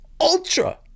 Ultra